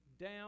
down